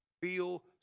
feel